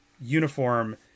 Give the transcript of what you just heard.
uniform